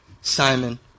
Simon